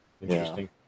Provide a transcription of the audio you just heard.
Interesting